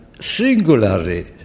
singularly